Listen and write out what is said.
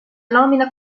nomina